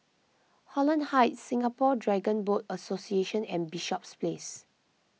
Holland Heights Singapore Dragon Boat Association and Bishops Place